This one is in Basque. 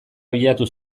abiatu